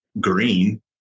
green